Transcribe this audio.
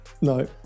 No